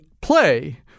play